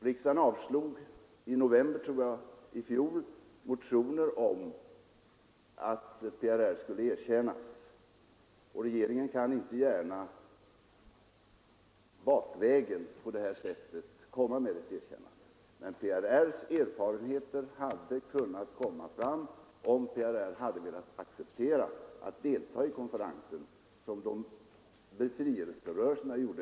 Riksdagen avslog i november i fjol motioner om att PRR skulle erkännas, och regeringen kan inte gärna på detta sätt bakvägen komma med ett erkännande. Men PRR:s erfarenheter hade kunnat framföras, om PRR hade velat acceptera att delta i konferensen utan rösträtt, som befrielserörelserna gjorde.